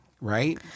right